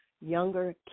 younger